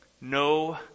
no